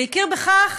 והכיר בכך